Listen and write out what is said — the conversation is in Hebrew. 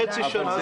חצי שנה,